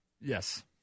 Yes